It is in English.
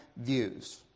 views